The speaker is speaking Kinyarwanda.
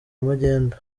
magendu